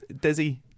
Dizzy